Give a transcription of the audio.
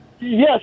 Yes